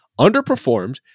underperformed